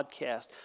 Podcast